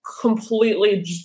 completely